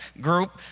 group